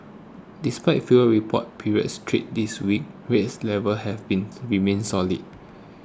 despite fewer reported period trades this week rates levels have been remained solid